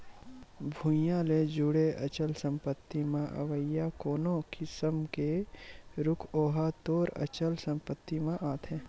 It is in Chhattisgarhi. भुइँया ले जुड़े अचल संपत्ति म अवइया कोनो किसम के रूख ओहा तोर अचल संपत्ति म आथे